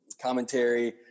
commentary